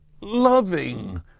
loving